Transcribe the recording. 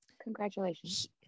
Congratulations